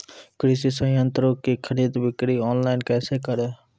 कृषि संयंत्रों की खरीद बिक्री ऑनलाइन कैसे करे?